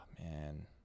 Man